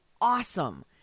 awesome